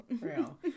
Real